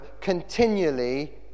continually